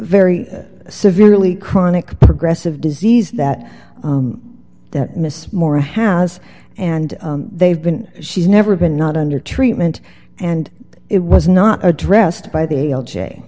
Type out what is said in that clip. very severely chronic progressive disease that mrs moore has and they've been she's never been not under treatment and it was not addressed by the l j